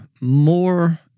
more